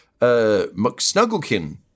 McSnugglekin